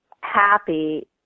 happy